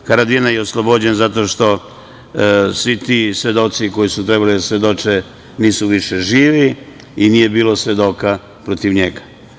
Haradinaj je oslobođen zato što svi ti svedoci koji su trebali da svedoče nisu više živi i nije bilo svedoka protiv njega.